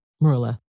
Marilla